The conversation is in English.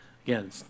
Again